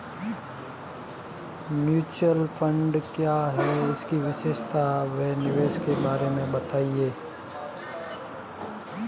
Mutual fund क्या है इसकी विशेषता व निवेश के बारे में बताइये?